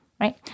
right